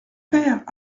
père